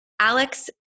Alex